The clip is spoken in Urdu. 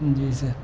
جی سر